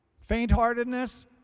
faintheartedness